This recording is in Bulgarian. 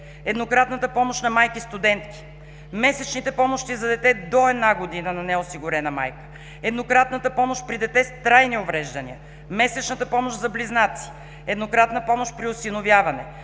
еднократната помощ на майки студентки, месечните помощи за дете до една година на неосигурена майка, еднократната помощ при дете с трайни увреждания, месечната помощ за близнаци, еднократна помощ при осиновяване,